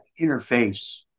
interface